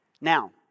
Now